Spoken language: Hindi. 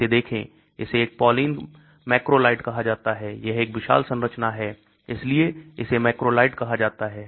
इसे देखें इसे एक polyene macrolide कहां जाता है यह एक विशाल संरचना है इसलिए इसे macrolide कहा जाता है